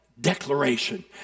Declaration